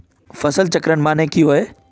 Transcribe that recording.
फसल चक्रण माने की होय?